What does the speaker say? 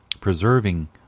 preserving